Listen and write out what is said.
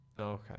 Okay